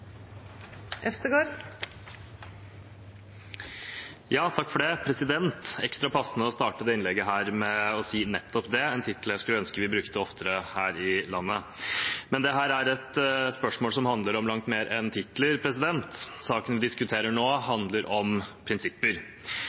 ekstra passende å starte dette innlegget med å si nettopp det – en tittel jeg skulle ønske vi brukte oftere her i landet. Men dette er et spørsmål som handler om langt mer enn titler. Saken vi diskuterer nå, handler om prinsipper.